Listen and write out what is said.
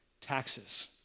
taxes